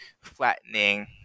flattening